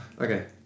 Okay